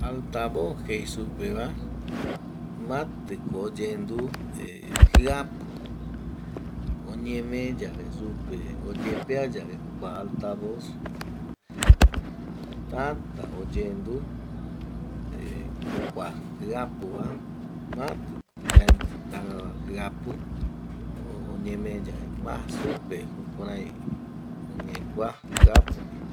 Alta voz jei supeva matiko oyendu eh jiapu, oñeme supe oyepea yave jokua alta voz täta oyendu eh jokua jiapuva matiko yaendu rangagua jiapu oñeme yave ma supe jukurai oñee kua jiapu ndie